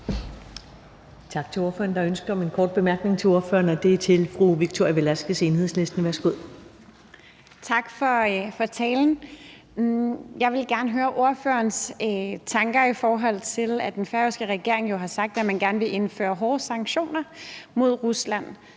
Tak til ordføreren. Der er ønske om en kort bemærkning til ordføreren fra fru Victoria Velasquez, Enhedslisten. Værsgo. Kl. 18:09 Victoria Velasquez (EL): Tak for talen. Jeg vil gerne høre ordførerens tanker, i forhold til at den færøske regering jo har sagt, at man gerne vil indføre hårde sanktioner mod Rusland,